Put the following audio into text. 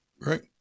Right